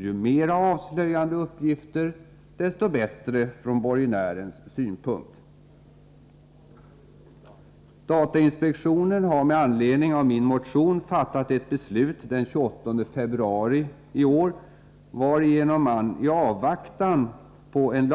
Ju mera avslöjande uppgifter, desto bättre från borgenärens synpunkt. Datainspektionen har med anledning av min motion fattat ett beslut den 28 — Nr 118 februari i år, varigenom man i avvaktan på en